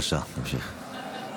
לא, כי כל היתר מתפקד, בבקשה, תמשיך.